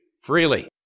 freely